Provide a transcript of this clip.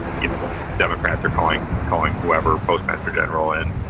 you know, the democrats are calling calling whoever, postmaster general in,